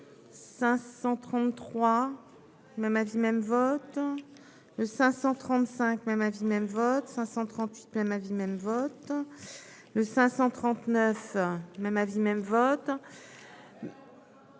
533 même avis même vote le 535 même avis même votre 538 plein ma vie même vote le 539 même avis même vote.